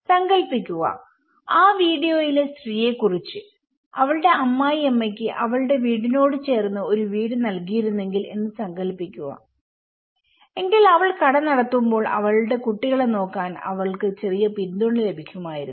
സങ്കൽപ്പിക്കുക ആ വീഡിയോയിലെ സ്ത്രീയെക്കുറിച്ച് അവളുടെ അമ്മായിയമ്മയ്ക്ക് അവളുടെ വീടിനോട് ചേർന്ന് ഒരു വീട് നൽകിയിരുന്നെങ്കിൽ എന്ന് സങ്കൽപ്പിക്കുക എങ്കിൽ അവൾ കട നടത്തുമ്പോൾ അവളുടെ കുട്ടികളെ നോക്കാൻ അവൾക്ക് ചെറിയ പിന്തുണ ലഭിക്കുമായിരുന്നു